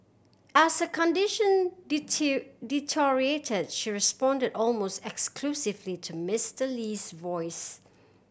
as her condition deteriorated she responded almost exclusively to Mister Lee's voice